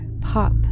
pop